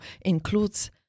includes